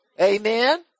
Amen